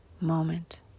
moment